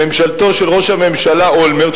ממשלתו של ראש הממשלה אולמרט,